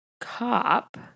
cop